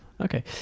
Okay